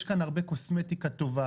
יש כאן הרבה קוסמטיקה טובה,